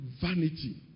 vanity